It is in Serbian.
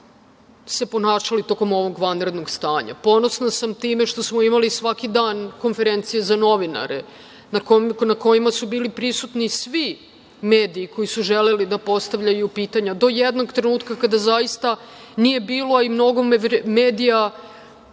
se ponašali tokom ovog vanrednog stanja, ponosna sam time što smo imali svaki dan konferencije za novinare na kojima su bili prisutni svi mediji koji su želeli da postavljaju pitanja do jednog trenutka kada zaista nije bilo, a i mnogo medija